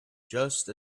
just